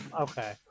Okay